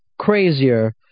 crazier